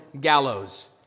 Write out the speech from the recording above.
gallows